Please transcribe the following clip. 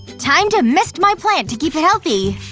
time to mist my plant to keep it healthy!